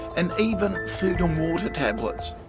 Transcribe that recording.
and even food and water tablets